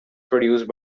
produced